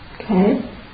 Okay